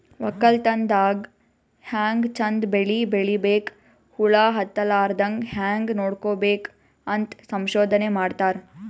ವಕ್ಕಲತನ್ ದಾಗ್ ಹ್ಯಾಂಗ್ ಚಂದ್ ಬೆಳಿ ಬೆಳಿಬೇಕ್, ಹುಳ ಹತ್ತಲಾರದಂಗ್ ಹ್ಯಾಂಗ್ ನೋಡ್ಕೋಬೇಕ್ ಅಂತ್ ಸಂಶೋಧನೆ ಮಾಡ್ತಾರ್